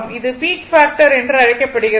இது peak factor என்று அழைக்கப்படுகிறது